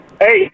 Hey